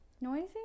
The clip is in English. Noisy